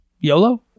YOLO